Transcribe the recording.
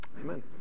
Amen